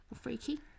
Freaky